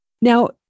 Now